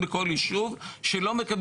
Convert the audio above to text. זה מצד אחד.